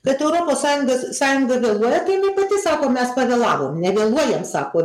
kad europos sąjungos sąjunga vėluoja tai jinai pati sako mes pavėlavom ne vėluojam sako